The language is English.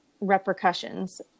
repercussions